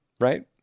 Right